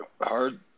Hard